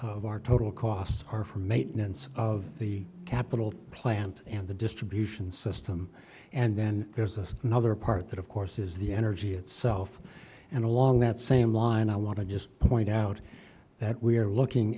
of our total costs are for maintenance of the capital plant and the distribution system and then there's this other part that of course is the energy itself and along that same line i want to just point out that we are looking